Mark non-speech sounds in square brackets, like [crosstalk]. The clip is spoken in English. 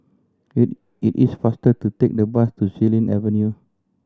[hesitation] it is faster to take the bus to Xilin Avenue